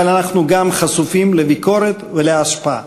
אבל אנחנו גם חשופים לביקורת ולהשפעה.